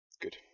Good